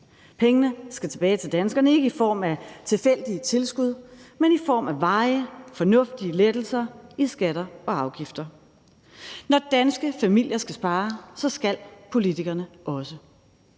Pengene skal tilbage til danskerne, ikke i form af tilfældige tilskud, men i form af varige fornuftige lettelser i skatter og afgifter. Når danske familier skal spare, så skal politikerne også.